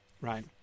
right